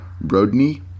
Rodney